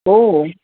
ઓ